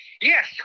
Yes